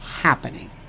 happening